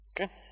Okay